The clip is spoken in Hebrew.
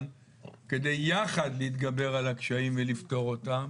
כדי יחד להתגבר על הקשיים ולפתור אותם